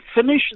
finish